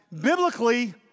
biblically